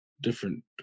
different